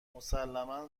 مسلما